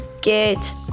Get